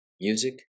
music